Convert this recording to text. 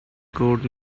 code